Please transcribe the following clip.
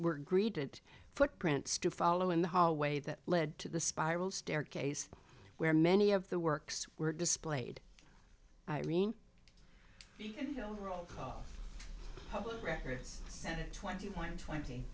were greeted footprints to follow in the hallway that led to the spiral staircase where many of the works were displayed irene until roll call public records said it twenty point twenty